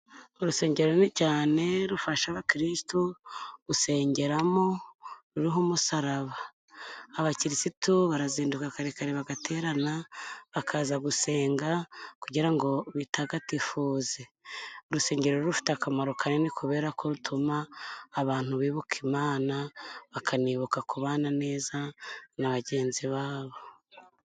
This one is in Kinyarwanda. Urusengero runini cyane rufasha abakristu gusengeramo ruriho umusaraba. Abakirisitu barazinduka kare kare bagaterana, bakaza gusenga kugira ngo bitagatifuze, urusengero ruba rufite akamaro kanini kubera ko rutuma abantu bibuka Imana, bakanibuka kubana neza na bagenzi babo.